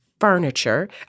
Furniture